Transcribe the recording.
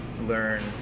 learn